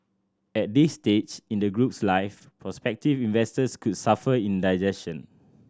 at this stage in the group's life prospective investors could suffer indigestion